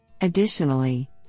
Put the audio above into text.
Additionally